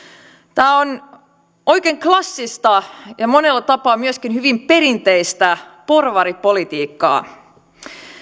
tämä on oikein klassista ja monella tapaa myöskin hyvin perinteistä porvaripolitiikkaa